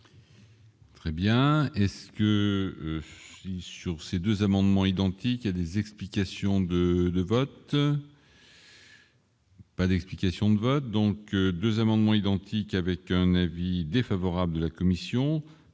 Très bien est-ce que sur ces 2 amendements identiques à des explications de vote. Pas d'explication de vote donc 2 amendements identiques avec un avis défavorable de la commission